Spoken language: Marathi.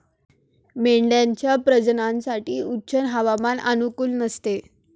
मेंढ्यांच्या प्रजननासाठी उष्ण हवामान अनुकूल नसते